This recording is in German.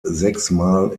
sechsmal